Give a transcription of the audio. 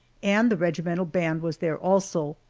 and the regimental band was there also,